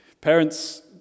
parents